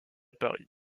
paris